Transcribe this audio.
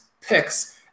picks